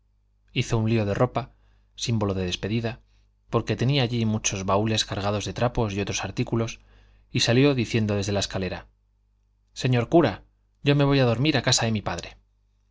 hizo un lío de ropa símbolo de despedida porque tenía allí muchos baúles cargados de trapos y otros artículos y salió diciendo desde la escalera señor cura yo me voy a dormir a casa de mi padre